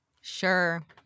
Sure